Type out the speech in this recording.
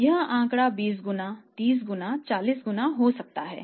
यह आंकड़ा 20 गुना 30 गुना 40 गुना हो सकता है